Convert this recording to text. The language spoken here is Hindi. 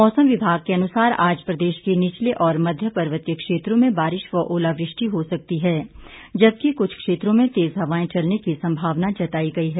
मौसम विभाग के अनुसार आज प्रदेश के निचले और मध्य पर्वतीय क्षेत्रों में बारिश व ओलावृष्टि हो सकती है जबकि कुछ क्षेत्रों में तेज हवाएं चलने की संभावना जताई गई है